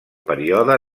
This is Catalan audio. període